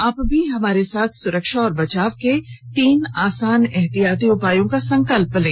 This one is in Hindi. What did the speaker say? आप भी हमारे साथ सुरक्षा और बचाव के तीन आसान एहतियाती उपायों का संकल्प लें